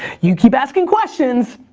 you keep asking questions,